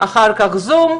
אחר כך זום,